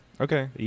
okay